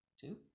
Two